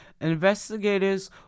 Investigators